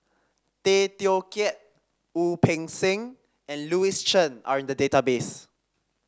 Tay Teow Kiat Wu Peng Seng and Louis Chen are in the database